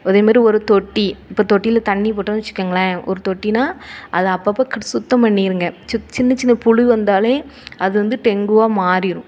அதேமாதிரி ஒரு தொட்டி இப்போ தொட்டியில் தண்ணி போட்டோம்னு வைச்சிக்கோங்களேன் ஒரு தொட்டினா அதை அப்பப்போ சுத்தம் பண்ணிடுங்க சின்ன சின்ன புழு வந்தாலே அது வந்து டெங்குவாக மாறிடும்